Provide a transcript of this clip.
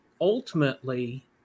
ultimately